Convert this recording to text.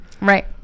Right